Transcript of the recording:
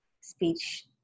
speech